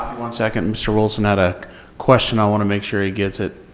one second? mr. wilson had a question i want to make sure he gives it.